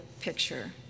picture